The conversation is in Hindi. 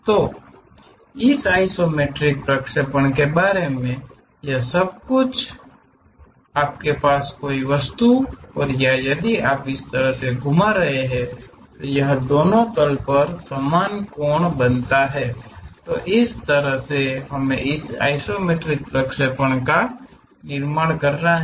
तो इस आइसोमेट्रिक प्रक्षेपण के बारे में यह सब कुछ है यदि आपके पास कोई वस्तु है और यदि आप इस तरह से घूमा रहे हैं तो यह दोनों तलो पर समान कोण बनाता है तो इस तरह से हमें इस आइसोमेट्रिक प्रक्षेपण का निर्माण करना है